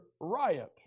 riot